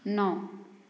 नौ